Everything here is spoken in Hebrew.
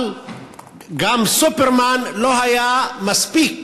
אבל גם סופרמן לא היה מספיק